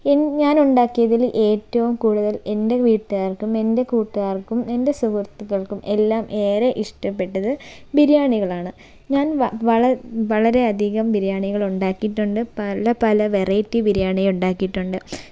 N ഞാൻ ഉണ്ടാക്കിയതിൽ ഏറ്റവും കൂടുതൽ എൻ്റെ വീട്ടുകാർക്കും എൻ്റെ കൂട്ടുകാർക്കും എൻ്റെ സുഹൃത്തുക്കൾക്കും എല്ലാം ഏറെ ഇഷ്ടപ്പെട്ടത് ബിരിയാണികളാണ് ഞാൻ വ വള വളരെയധികം ബിരിയാണികൾ ഉണ്ടാക്കിയിട്ടുണ്ട് പല പല വെറൈറ്റി ബിരിയാണി ഉണ്ടാക്കിയിട്ടുണ്ട്